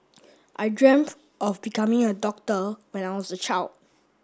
I dreamt of becoming a doctor when I was a child